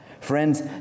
Friends